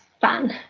fun